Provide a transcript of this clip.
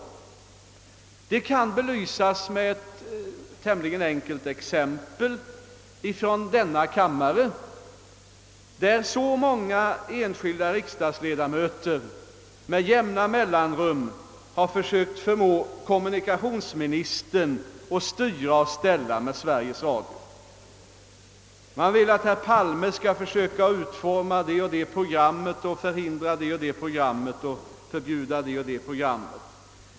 Detta kan belysas helt enkelt med exempel från denna kammare, där så många enskilda riksdagsledamöter med jämna mellanrum har sökt förmå kommunikationsministern att styra och ställa med Sveriges Radio. Man vill att herr Palme skall försöka utforma det eller det programmet, förhindra eller förbjuda ett annat.